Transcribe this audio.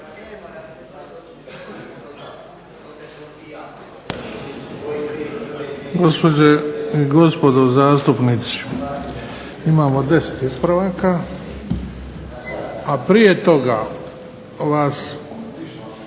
Gospođe i gospodo zastupnici, imamo 10 ispravaka a prije toga vas